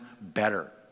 better